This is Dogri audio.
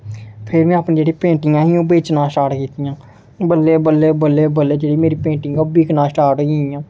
फिर में अपनी जेह्ड़ी पेंटिंगां हियां ओह् बेचना स्टार्ट कीता बल्ले बल्ले बल्ले जेह्ड़ी मेरी पेंटिंग ओह् बिकना स्टार्ट होई गेइयां